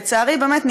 באמת.